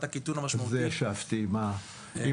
הקיטון המשמעותי --- על זה ישבתי עם המבקר.